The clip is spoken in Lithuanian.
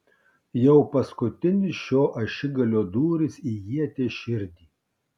jau paskutinis šio ašigalio dūris į ieties širdį